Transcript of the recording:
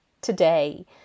today